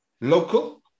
local